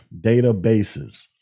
databases